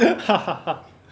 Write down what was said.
哈哈哈